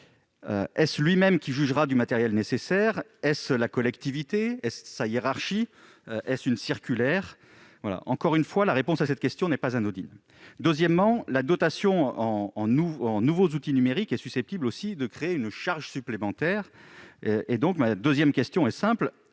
Est-ce lui-même qui jugera du matériel nécessaire ? Est-ce la collectivité ? Est-ce sa hiérarchie ? Est-ce une circulaire ? Encore une fois, la réponse à cette question n'est pas anodine. Deuxièmement, la dotation en nouveaux outils numériques est susceptible de créer une charge supplémentaire. Ma question est simple